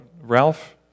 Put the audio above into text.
Ralph